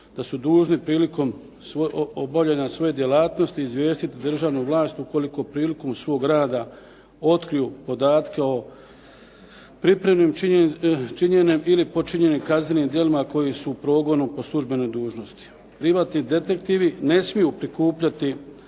dužni prilikom obavljanja svoje djelatnosti izvijestiti državnu vlast ukoliko prilikom svog rada otkriju podatke o pripremnim, činjenim ili počinjenim kaznenim djelima koji su u progonu po službenoj dužnosti. Privatni detektivi ne smiju prikupljati